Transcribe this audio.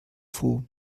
froh